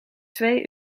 twee